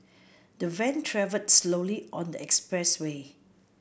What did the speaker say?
the van travelled slowly on the expressway